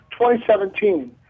2017